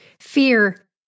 Fear